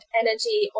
energy